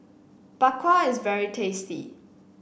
Bak Kwa is very tasty